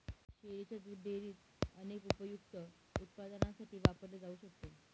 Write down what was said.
शेळीच्या दुध डेअरीत अनेक उपयुक्त उत्पादनांसाठी वापरले जाऊ शकते